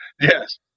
Yes